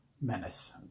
menace